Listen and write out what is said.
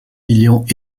millions